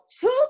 two